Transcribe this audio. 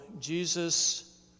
Jesus